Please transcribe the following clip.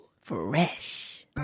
fresh